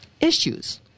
issues